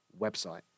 website